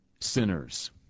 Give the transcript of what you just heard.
sinners